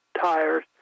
tires